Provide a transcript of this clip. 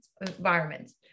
environments